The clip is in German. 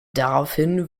daraufhin